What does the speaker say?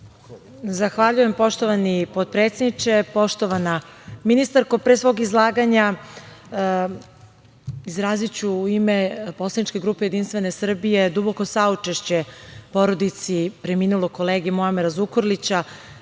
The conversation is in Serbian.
Zahvaljujem, poštovani potpredsedniče. Pre svog izlaganja izraziću u ime poslaničke grupe Jedinstvene Srbije duboko saučešće porodici preminulog kolege Muamera Zukorlića.